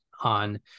on